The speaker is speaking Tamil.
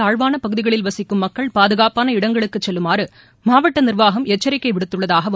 தாழ்வான பகுதிகளில் வசிக்கும் மக்கள் பாதுகாப்பான இடங்களுக்கு செல்லுமாறு மாவட்ட எச்சரிக்கை விடுத்துள்ளதாகவும்